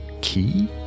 key